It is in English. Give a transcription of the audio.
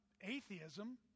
atheism